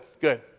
Good